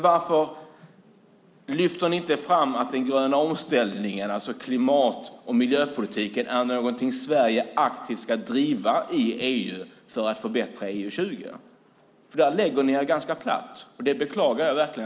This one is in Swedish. Varför lyfter majoriteten inte fram att den gröna omställningen, alltså klimat och miljöpolitiken, är en fråga som Sverige aktivt ska driva i EU för att få ett bättre EU 2020? Där lägger sig majoriteten ganska platt, och det beklagar jag verkligen.